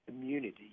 immunity